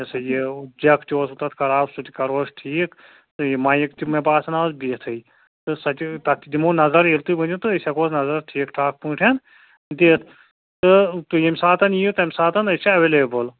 یہِ سَہ یہِ جک تہِ اوس نہٕ تتھ خاص سُہ تہِ کر ہوس ٹھیٖک تہٕ یہِ مایِک تہِ مےٚ باسان آز بِہتھٕے تہٕ سَتہِ تتھ تہِ دِمو نظر ییٚلہِ تُہۍ ؤنِو تہٕ أسۍ ہٮ۪کہوس نظر ٹھیٖک ٹھاک پٲٹھۍ دِتھ تہٕ تُہۍ ییٚمہِ ساتن یِیِو تَمہِ ساتن أسۍ چھِ ایولیبل